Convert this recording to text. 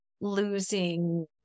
losing